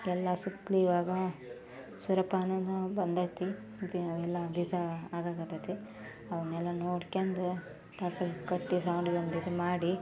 ಎಲ್ಲ ಸುತ್ತಲೂ ಇವಾಗ ಸುರೇಪಾನನು ಬಂದೈತಿ ಎಲ್ಲ ಬೀಜ ಆಗಾಕ್ಕತ್ತೈತಿ ಅವ್ನೆಲ್ಲ ನೋಡ್ಕೊಂಡು ತಾಡ್ಪಾಲ್ ಕಟ್ಟಿ ಸೌಂಡ್ ಗಿವ್ಂಡ್ ಇದು ಮಾಡಿ